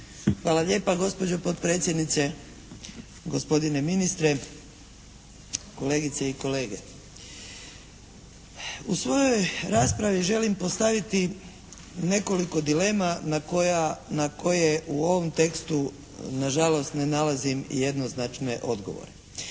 Hvala lijepa gospođo potpredsjednice, gospodine ministre, kolegice i kolege. U svojoj raspravi želim postaviti nekoliko dilema na koje u ovom tekstu nažalost ne nalazim jednoznačne odgovore.